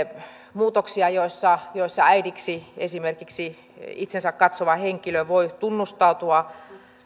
muutoksia joissa joissa esimerkiksi äidiksi itsensä katsova henkilö voi tunnustautua